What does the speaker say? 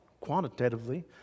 quantitatively